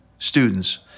Students